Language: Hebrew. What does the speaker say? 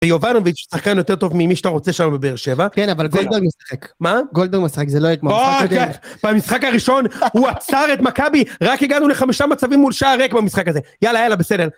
ביובנוביץ' שחקן יותר טוב ממי שאתה רוצה שם בבאר שבע. כן, אבל גולדור משחק. מה? גולדור משחק, זה לא יהיה כמו המשחק הראשון. במשחק הראשון הוא עצר את מכבי, רק הגענו לחמשה מצבים מול שער ריק במשחק הזה. יאללה, יאללה, בסדר.